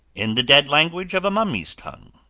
in the dead language of a mummy's tongue,